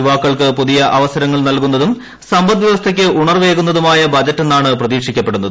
യുവാക്കൾക്ക് പുതിയ അവസരങ്ങൾ നൽകുന്നതും സമ്പദ്വ്യവസ്ഥയ്ക്ക് ഉണർവേകുന്നതുമായ ബജറ്റെന്നാണ് പ്രതീക്ഷിക്കപ്പെടുന്നത്